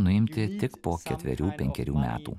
nuimti tik po ketverių penkerių metų